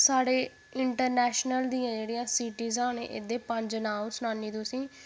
साढ़े इंटरनैशनल दियां जेह्ड़ियां सीटीज़ न एह्दे पंज नांऽ अ'ऊं सनान्नी तुसेंगी